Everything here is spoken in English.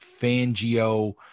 Fangio